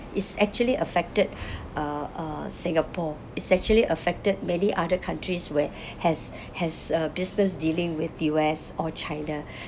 it actually affected uh uh singapore it's actually affected many other countries where has has uh business dealing with U_S or china